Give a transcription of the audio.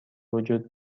وجود